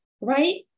right